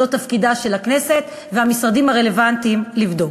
זה תפקידם של הכנסת והמשרדים הרלוונטיים לבדוק.